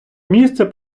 місце